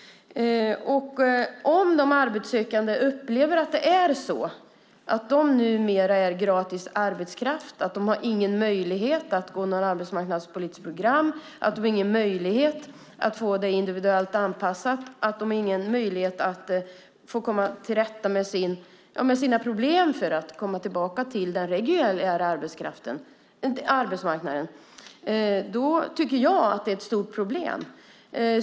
Om de arbetssökande upplever att de numera är gratis arbetskraft, att de inte har någon möjlighet att gå något arbetsmarknadspolitiskt program, att de inte har någon möjlighet att få det individuellt anpassat, att de inte har någon möjlighet att komma till rätta med sina problem för att komma tillbaka till den reguljära arbetsmarknaden då tycker jag att det är ett stort problem.